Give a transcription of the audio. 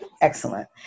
excellent